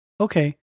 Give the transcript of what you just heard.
Okay